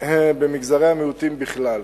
במגזרי המיעוטים בכלל.